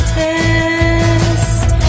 test